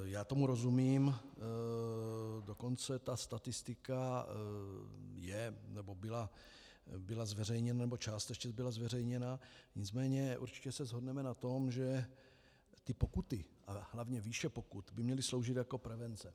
Já tomu rozumím, dokonce ta statistika je nebo byla zveřejněna, nebo částečně byla zveřejněna, nicméně se určitě shodneme na tom, že ty pokuty, ale hlavně výše pokut by měly sloužit jako prevence.